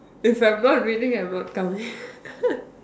if I am not winning I am not coming